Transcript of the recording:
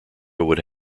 would